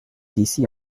d’ici